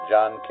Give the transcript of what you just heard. John